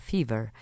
Fever